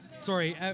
sorry